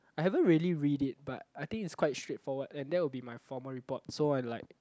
I haven't really read it but I think it's quite straight forward and that will be my formal report so I like